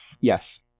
Yes